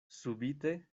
subite